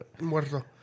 Muerto